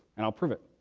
and i'll prove it.